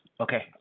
okay